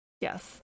Yes